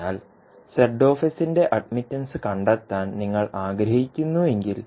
അതിനാൽ Zന്റെ അഡ്മിറ്റൻസ് കണ്ടെത്താൻ നിങ്ങൾ ആഗ്രഹിക്കുന്നുവെങ്കിൽ